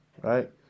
right